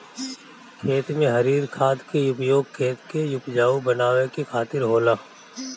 खेत में हरिर खाद के उपयोग खेत के उपजाऊ बनावे के खातिर होला